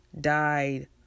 died